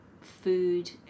food